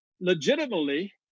legitimately